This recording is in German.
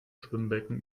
schwimmbecken